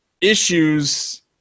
issues –